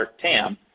TAM